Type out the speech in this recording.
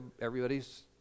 everybody's